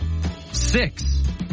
Six